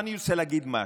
אני רוצה להגיד משהו.